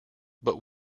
but